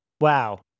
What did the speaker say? wow